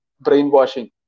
brainwashing